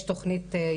יש תוכנית,